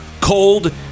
cold